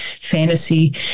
fantasy